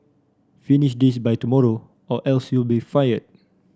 finish this by tomorrow or else you'll be fired